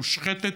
מושחתת,